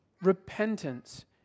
Repentance